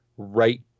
right